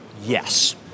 Yes